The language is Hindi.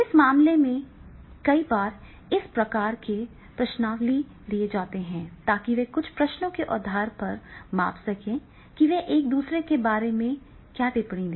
इस मामले में कई बार इस प्रकार के प्रश्नावली दिए जाते हैं ताकि वे कुछ प्रश्नों के आधार पर माप सकें और फिर वे एक दूसरे के बारे में टिप्पणी दें